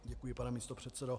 Děkuji, pane místopředsedo.